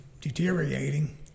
deteriorating